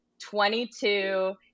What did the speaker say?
22